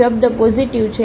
શબ્દ પોઝિટિવ છે